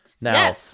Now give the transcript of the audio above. Now